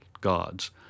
gods